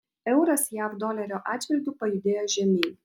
euras jav dolerio atžvilgiu pajudėjo žemyn